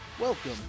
Welcome